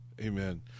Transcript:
Amen